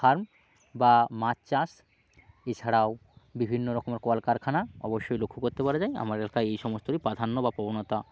farm বা মাচ চাষ এছাড়াও বিভিন্ন রকমের কল কারখানা অবশ্যই লক্ষ্য করতে পারা যায় আমার এলাকায় এই সমস্তরই প্রাধান্য বা প্রবণতা